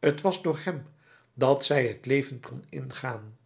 t was door hem dat zij het leven kon ingaan